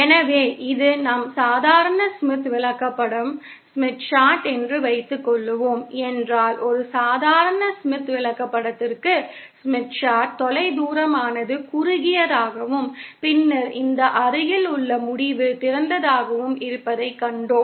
எனவே இது நம் சாதாரண ஸ்மித் விளக்கப்படம் என்று வைத்துக்கொள்வோம் என்றால் ஒரு சாதாரண ஸ்மித் விளக்கப்படத்திற்கு தொலைதூரமானது குறுகியதாகவும் பின்னர் இந்த அருகிலுள்ள முடிவு திறந்ததாகவும் இருப்பதைக் கண்டோம்